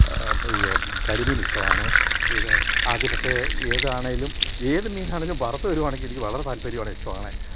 കരിമീൻ ഇഷ്ടമാണേ ഇത് ആദ്യം പക്ഷേ ഏതാണെങ്കിലും ഏതു മീനാണെങ്കിലും വറുത്ത് തരികയാണെങ്കിൽ എനിക്ക് വളരെ താല്പര്യമാണ് ഇഷ്ടമാണ്